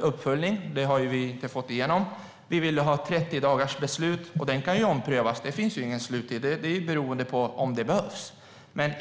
uppföljning. Det har vi inte fått igenom. Vi ville ha 30-dagarsbeslut. Det kan omprövas. Det finns ingen sluttid, utan det är beroende på om det behövs.